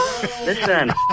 Listen